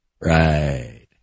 Right